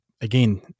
again